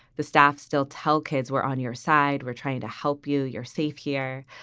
the staff still tell kids, we're on your side, we're trying to help you. you're safe here.